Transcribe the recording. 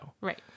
Right